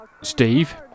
Steve